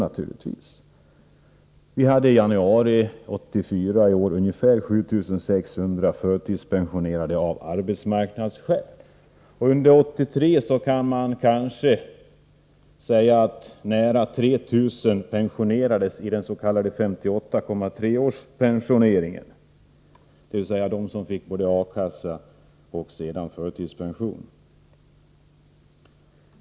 I januari 1984 var ungefär 7 600 personer förtidspensionerade av arbetsmarknadsskäl. Under 1983 kan man säga att nära 3 000 pensionerats i den s.k. 58,3-årspensioneringen, dvs. de personer som fick ersättning från A-kassa och sedan förtidspension.